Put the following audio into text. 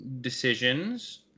decisions